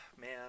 man